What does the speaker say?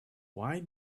why